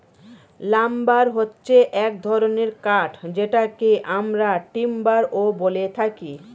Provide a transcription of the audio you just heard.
lumber হচ্ছে এক ধরনের কাঠ যেটাকে আমরা টিম্বারও বলে থাকি